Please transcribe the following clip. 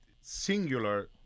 singular